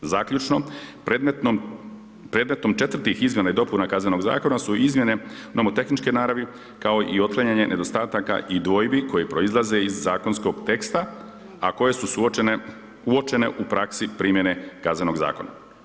Zaključno, predmetnom četvrtih izmjena i dopuna KZ-a su izmjene nomotehničke naravi kao i otklanjanje nedostataka i dvojbi koje proizlaze iz zakonskog teksta a koje su uočene u praksi primjene KZ-a.